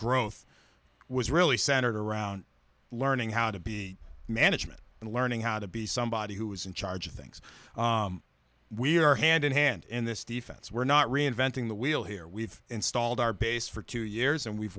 growth was really centered around learning how to be management and learning how to be somebody who is in charge of things we're hand in hand in this defense we're not reinventing the wheel here we've installed our base for two years and we've